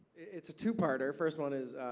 it's a two-parter. first one is,